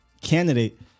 candidate